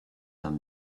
done